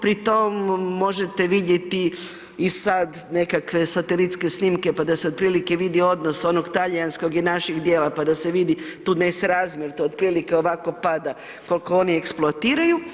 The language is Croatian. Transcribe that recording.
Pri tom možete vidjeti i sad nekakve satelitske snimke pa da se otprilike vidi odnos onog talijanskog i našeg dijela, pa da se vidi tu nesrazmjer to otprilike ovako pada koliko oni eksploatiraju.